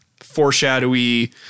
foreshadowy